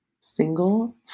single